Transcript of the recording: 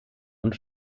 und